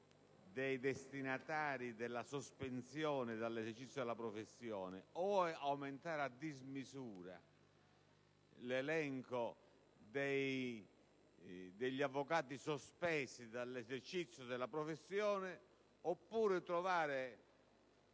dei destinatari della sospensione dall'esercizio della professione; il problema è o di aumentare a dismisura l'elenco degli avvocati sospesi dall'esercizio della professione, oppure di trovare